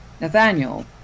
Nathaniel